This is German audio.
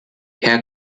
herr